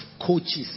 coaches